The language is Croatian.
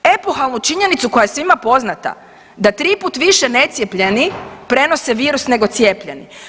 Epohalnu činjenicu koja je svima poznata da 3 put više necijepljeni prenose virus nego cijepljeni.